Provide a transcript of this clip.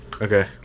Okay